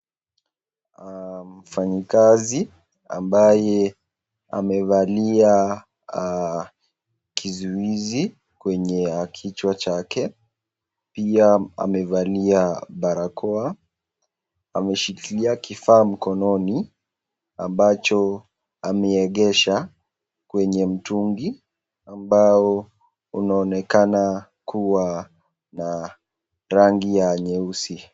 Mfanyikazi ambaye amevalia kizuizi kwenye kichwa chake pia amevalia barakoa ameshikilia kifaa mkononi ambacho ameegesha kwenye mtungi ambao unaonekana kuwa na rangi ya nyeusi.